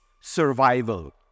survival